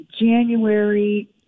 January